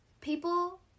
People